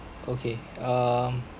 okay um